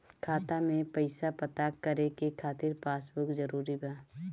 खाता में पईसा पता करे के खातिर पासबुक जरूरी बा?